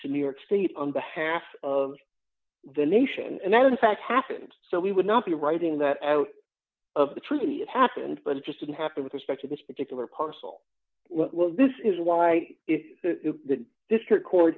to new york state on behalf of the nation and that in fact happens so we would not be writing that out of the treaty it happened but it just didn't happen with respect to this particular parcel was this is why if the district court